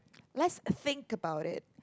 lets think about it